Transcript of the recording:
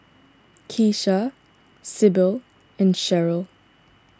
Keesha Sybil and Sherryl